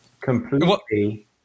completely